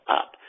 up